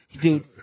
dude